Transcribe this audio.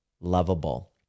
lovable